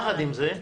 יחד עם זה,